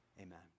Amen